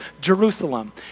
Jerusalem